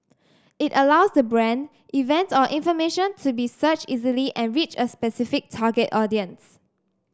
it allows the brand event or information to be searched easily and reach a specific target audience